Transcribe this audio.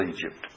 Egypt